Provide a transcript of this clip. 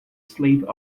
slip